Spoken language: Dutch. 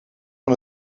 van